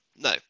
No